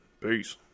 Peace